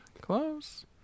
Close